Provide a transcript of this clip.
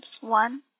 One